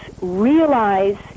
realize